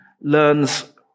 learns